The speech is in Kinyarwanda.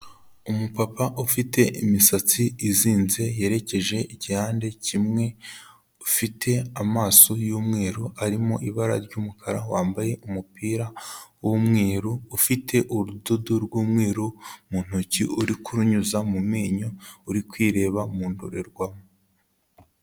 Umupapa ufite imisatsi izinze yerekeje igihande kimwe, ufite amaso y'umweru arimo ibara ry'umukara, wambaye umupira w'umweru, ufite urudodo rw'umweru mu ntoki uri kurunyuza mu menyo, uri kwireba mu ndorerwamo.